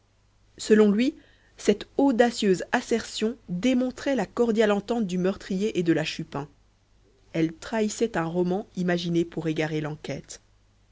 selon lui cette audacieuse assertion démontrait la cordiale entente du meurtrier et de la chupin elle trahissait un roman imaginé pour égarer l'enquête